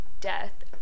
death